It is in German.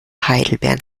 heidelbeeren